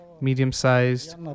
medium-sized